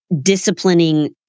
disciplining